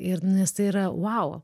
ir nu nes tai yra vau